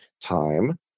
time